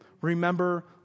remember